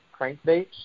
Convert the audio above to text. crankbaits